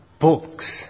books